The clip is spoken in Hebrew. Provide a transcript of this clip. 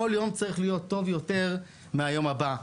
כל יום צריך להיות טוב יותר מהיום הבא.